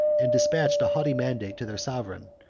and despatched a haughty mandate to their sovereign,